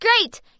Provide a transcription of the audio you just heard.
great